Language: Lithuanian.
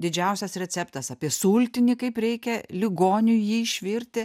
didžiausias receptas apie sultinį kaip reikia ligoniui jį išvirti